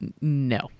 No